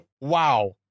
wow